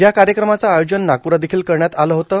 या कार्यक्रमाचं आयोजन नागपुरात देखील करण्यात आलं होतं